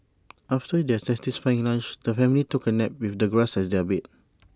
after their satisfying lunch the family took A nap with the grass as their bed